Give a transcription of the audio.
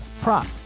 prop